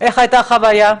איך הייתה החוויה?